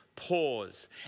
Pause